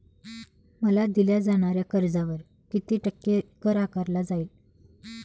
मला दिल्या जाणाऱ्या कर्जावर किती टक्के कर आकारला जाईल?